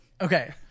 Okay